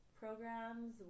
programs